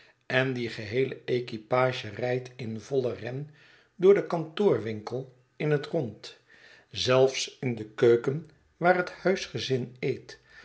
en die geheele equipage rijdt in vollen ren door den kantoorwinkel in het rond zelfs in de keuken waar het huisgezin eet